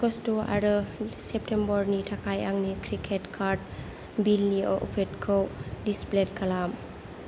August आरो सेप्टेम्बरनि थाखाय आंनि क्रिकेट कार्ड बिलनि अटपेखौ दिसब्लेद खालाम